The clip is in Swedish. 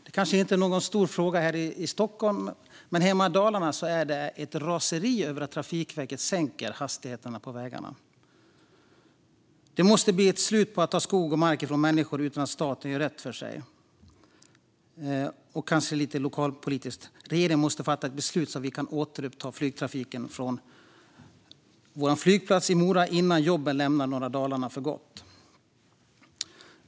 Det kanske inte är någon stor fråga här i Stockholm, men hemma i Dalarna finns det ett raseri över att Trafikverket sänker hastigheterna på vägarna. Det måste bli ett slut på att ta skog och mark från människor utan att staten gör rätt för sig. Och - kanske lite lokalpolitiskt - regeringen måste fatta ett beslut så att vi kan återuppta flygtrafiken från vår flygplats i Mora innan jobben lämnar norra Dalarna för gott.